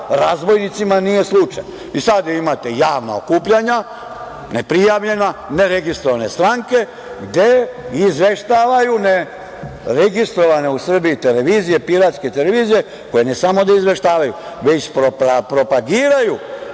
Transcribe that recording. razbojnicima nije slučaj i sada imate javna okupljanja neprijavljena, neregistrovane stranke, gde izveštavaju neregistrovane u Srbiji televizije, piratske televizije, koje ne samo da izveštavaju, već propagiraju